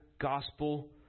gospel